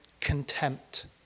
contempt